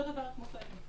אותו דבר כמו חיילים.